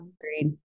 Agreed